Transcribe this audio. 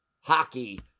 hockey